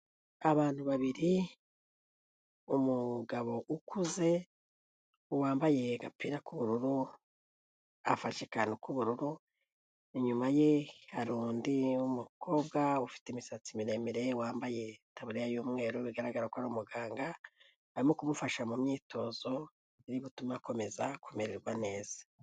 Abantu babiri, umugabo ukuze wambaye agapira k'ubururu afashe akantu k'ubururu, inyuma ye hari undi w'umukobwa ufite imisatsi miremire wambaye itaburiya y'umweru bigaragara ko ari umuganga arimo kumufasha mu myitozo iri gutuma akomeza kumererwa neza.